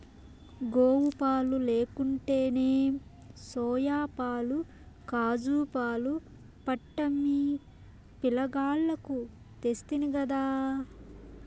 గోవుపాలు లేకుంటేనేం సోయాపాలు కాజూపాలు పట్టమ్మి పిలగాల్లకు తెస్తినిగదా